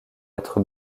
être